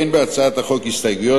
אין להצעת החוק הסתייגויות,